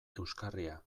euskarria